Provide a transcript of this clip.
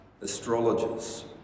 astrologers